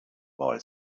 boy